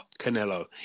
Canelo